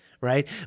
right